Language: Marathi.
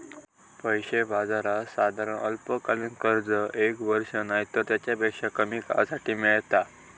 पैसा बाजारात साधारण अल्पकालीन कर्ज एक वर्ष नायतर तेच्यापेक्षा कमी काळासाठी मेळता